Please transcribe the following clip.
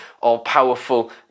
all-powerful